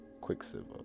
Quicksilver